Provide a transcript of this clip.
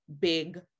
big